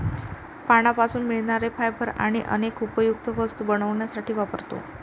पानांपासून मिळणारे फायबर आपण अनेक उपयुक्त वस्तू बनवण्यासाठी वापरतो